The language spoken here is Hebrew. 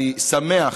אני שמח